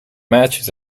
matches